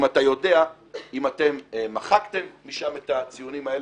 אם אתה יודע אם אתם מחקתם משם את הציונים האלה,